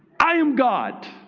i am god.